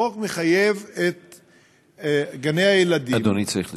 החוק מחייב את גני-הילדים, אדוני צריך לסיים.